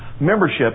membership